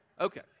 Okay